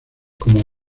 como